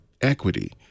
equity